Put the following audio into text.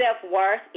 self-worth